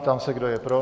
Ptám se, kdo je pro.